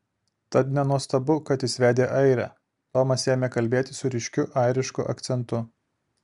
tad nenuostabu kad jis vedė airę tomas ėmė kalbėti su ryškiu airišku akcentu